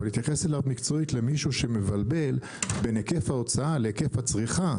אבל להתייחס אליו מקצועית למישהו שמבלבל בין היקף ההוצאה להיקף הצריכה,